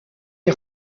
est